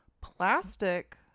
plastic